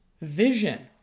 vision